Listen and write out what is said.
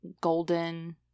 golden